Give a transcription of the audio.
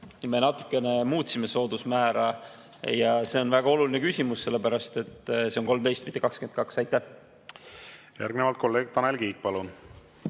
me natuke muutsime soodusmäära. See on väga oluline küsimus, sellepärast et see [määr] on 13%, mitte 22%. Järgnevalt kolleeg Tanel Kiik, palun!